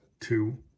two